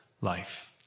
life